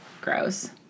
gross